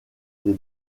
des